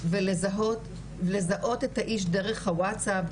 ולזהות את האיש דרך הווטסאפ,